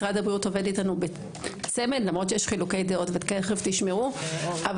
משרד הבריאות עובד אתנו בצמד למרות שיש חילוקי דעות ותכף תדמעו - אבל